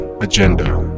agenda